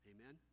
Amen